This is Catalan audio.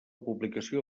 publicació